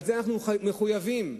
לזה אנחנו מחויבים כחברה,